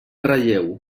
relleu